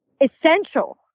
essential